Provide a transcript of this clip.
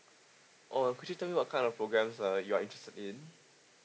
oh could you tell me what kind of programs uh you are interested in